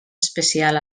especial